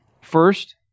First